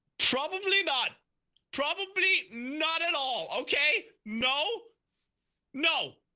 probably not probably not at all okay, no no